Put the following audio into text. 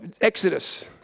Exodus